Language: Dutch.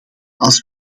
als